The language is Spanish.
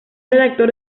redactor